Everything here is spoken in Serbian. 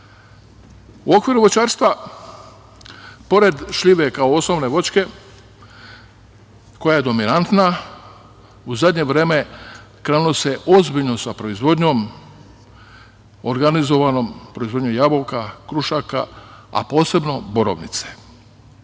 okviru voćarstva, pored šljive kao osnovne voćke koja je dominantna, u zadnje vreme krenulo se ozbiljno sa proizvodnjom organizovanom proizvodnjom jabuka, krušaka, a posebno borovnice.